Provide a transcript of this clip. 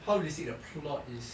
how realistic the plot is